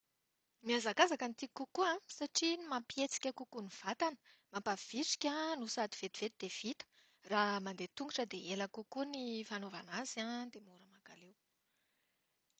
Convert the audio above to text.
Mihazakazaka no tiako kokoa satria iny mampihetsika kokoa ny vatana, mampavitrika no sady vetivety dia vita. Rraha mandeha an-tongotra dia ela kokoa ny fanaovana azy ka mora mankaleo.